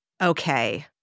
okay